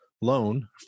loan